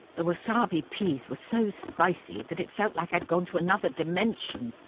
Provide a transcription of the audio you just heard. the wasabi peas were so spicy that it felt like i'd gone to another dimension.